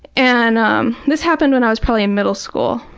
and um this happened when i was probably in middle school.